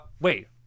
wait